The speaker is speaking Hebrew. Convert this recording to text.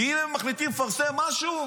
ואם הם מחליטים לפרסם משהו,